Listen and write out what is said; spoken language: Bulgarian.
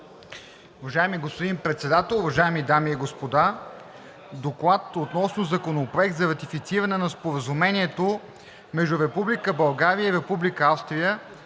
Уважаеми господин Председател, уважаеми дами и господа! „ДОКЛАД относно Законопроект за ратифициране на Споразумението между Република